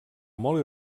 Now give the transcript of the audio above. molt